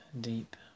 deep